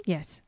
Yes